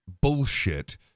bullshit